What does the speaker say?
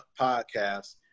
podcast